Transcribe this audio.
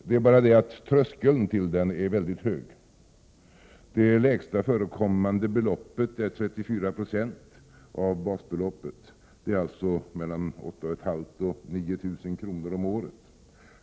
Det är bara det att tröskeln till den är väldigt hög. Det lägsta förekommande beloppet är 34 20 av ett basbelopp, alltså mellan 8 500 och 9000 kr. om året.